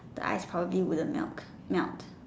ice hockey wouldn't milk melt